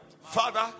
father